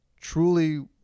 truly